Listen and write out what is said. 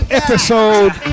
episode